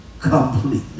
completely